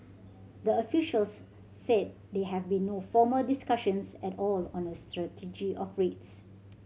the officials said there have been no formal discussions at all on a strategy of rates